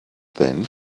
then